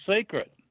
secret